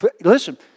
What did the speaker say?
listen